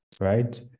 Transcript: right